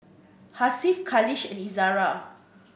Hasif Khalish and Izzara